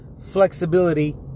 flexibility